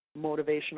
motivational